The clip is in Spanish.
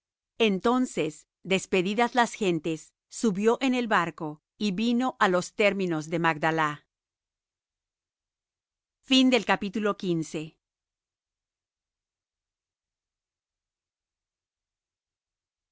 entonces despedidas las gentes subió en el barco y vino á los términos de magdalá y